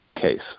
case